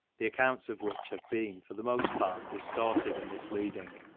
the accounts of which have been for the most part distorted and mis leading.